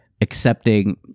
accepting